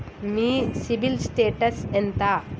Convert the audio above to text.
మీ CIBIL status ఎంత?